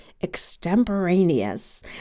Extemporaneous